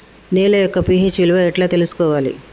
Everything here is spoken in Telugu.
నేల యొక్క పి.హెచ్ విలువ ఎట్లా తెలుసుకోవాలి?